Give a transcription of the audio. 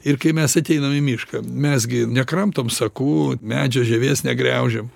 ir kai mes ateinam į mišką mes gi nekramtom sakų medžio žievės negriaužiam